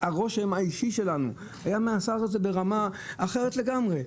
הרושם האישי שלנו מהשר הזה היה ברמה אחרת לגמרי.